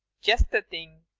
just the thing.